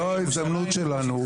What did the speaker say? זו ההזמנות שלנו.